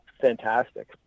fantastic